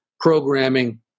programming